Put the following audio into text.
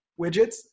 widgets